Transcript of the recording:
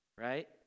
right